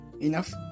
enough